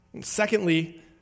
Secondly